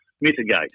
mitigate